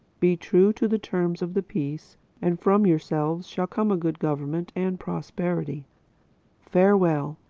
be true to the terms of the peace and from yourselves shall come good government and prosperity farewell!